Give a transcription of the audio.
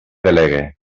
delegue